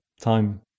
time